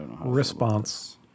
Response